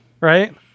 right